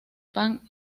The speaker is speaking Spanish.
pan